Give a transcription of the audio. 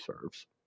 serves